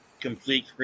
complete